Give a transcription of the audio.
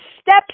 steps